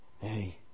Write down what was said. Hey